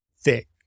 thick